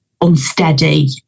unsteady